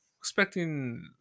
expecting